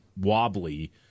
Wobbly